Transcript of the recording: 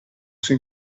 suo